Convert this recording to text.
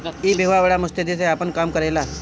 ई विभाग बड़ा मुस्तैदी से आपन काम करेला